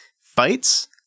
fights